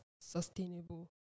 sustainable